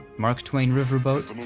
mark twain riverboat,